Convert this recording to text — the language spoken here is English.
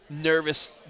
nervous